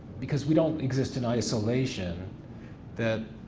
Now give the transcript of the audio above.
because we don't exist in isolation that